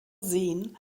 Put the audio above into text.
sehen